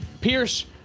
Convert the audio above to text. Pierce